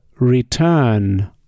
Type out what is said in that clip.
Return